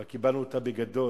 אבל קיבלנו אותה בגדול,